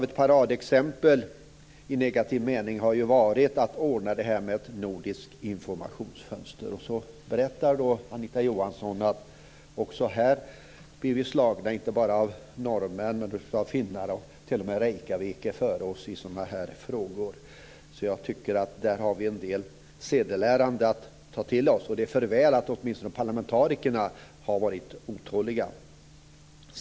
Ett paradexempel på detta i negativ mening har varit arbetet med att ordna ett nordiskt informationsfönster. Anita Johansson berättade att vi också på denna punkt blir slagna inte bara av norrmännen och finnarna, utan t.o.m. Reykjavik ligger före oss i sådana här frågor. Vi har en del sedelärande erfarenheter att ta till oss efter detta. Det är för väl att åtminstone parlamentarikerna har varit otåliga.